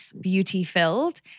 beauty-filled